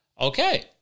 okay